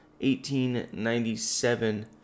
1897